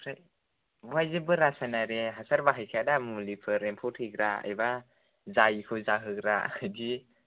ओमफ्राय बेवहाय जेबो रासायनारि हासार बाहायखायादा मुलिफोर एम्फौ थैग्रा एबा जायिखौ जाहोग्रा बिदि